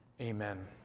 amen